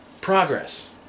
Progress